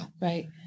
Right